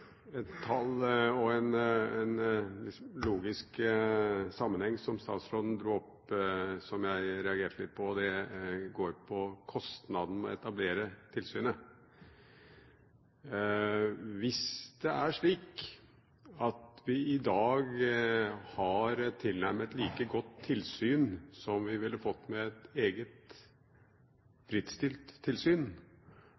et tall og en logisk sammenheng som statsråden dro opp, som jeg reagerte litt på. Det går på kostnaden med å etablere tilsynet. Hvis det er slik at vi i dag har et tilnærmet like godt tilsyn som vi ville fått med et eget